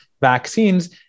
vaccines